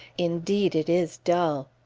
indeed it is dull.